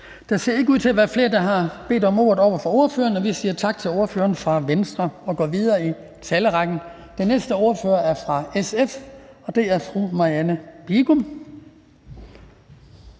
Der ser ikke ud til være flere, der har bedt om ordet for korte bemærkninger til ordføreren. Vi siger tak til ordføreren for Venstre og går videre i talerrækken. Den næste ordfører er fra SF, og det er fru Marianne Bigum.